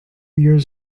years